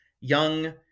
young